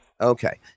Okay